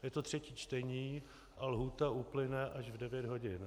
Je to třetí čtení a lhůta uplyne až v 9 hodin.